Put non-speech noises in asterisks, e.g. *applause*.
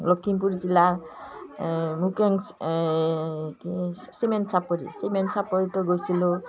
লখিমপুৰ জিলাৰ *unintelligible* কি চিমেন চাপৰি চিমেন চাপৰিটো গৈছিলোঁ